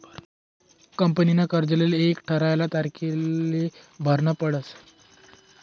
कंपनीना कर्जले एक ठरायल तारीखले भरनं पडस